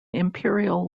imperial